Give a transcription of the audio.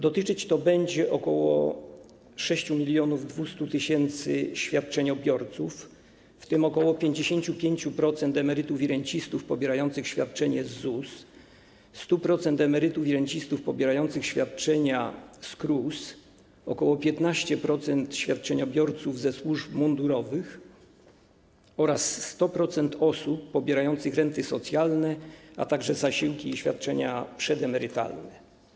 Dotyczyć to będzie około 6200 tys. świadczeniobiorców, w tym ok. 55% emerytów i rencistów pobierających świadczenie z ZUS, 100% emerytów i rencistów pobierających świadczenia z KRUS, ok. 15% świadczeniobiorców ze służb mundurowych oraz 100% osób pobierających renty socjalne, a także zasiłki i świadczenia przedemerytalne.